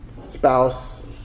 Spouse